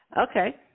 Okay